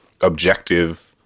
objective